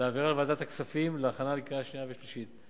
ולהעבירה לוועדת הכספים להכנה לקריאה שנייה ושלישית.